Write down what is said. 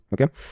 okay